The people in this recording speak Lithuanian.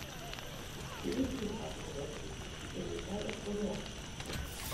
turistų į charkovą atvyksta švelniai tariant mažokai